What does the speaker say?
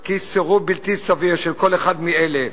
קובעת כי סירוב בלתי סביר בשל כל אחד מאלה,